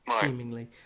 seemingly